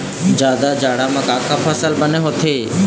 जादा जाड़ा म का का फसल बने होथे?